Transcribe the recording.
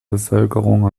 bevölkerung